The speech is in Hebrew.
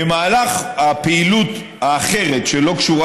במהלך הפעילות האחרת, שלא קשורה